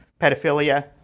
Pedophilia